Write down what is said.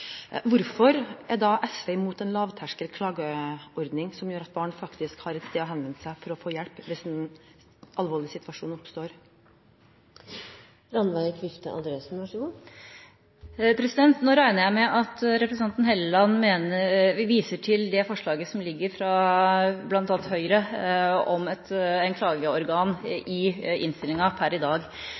Hvorfor er da SV imot en lavterskel klageordning som gjør at barn faktisk har et sted å henvende seg for å få hjelp, hvis en alvorlig situasjon oppstår? Nå regner jeg med at representanten Hofstad Helleland viser til forslaget fra bl.a. Høyre om et klageorgan, som ligger i innstillingen per i dag.